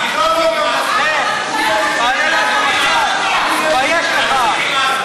תתבייש לך.